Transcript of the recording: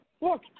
look